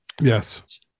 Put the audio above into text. Yes